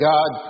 God